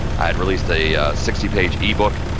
i released a sixty page ebook,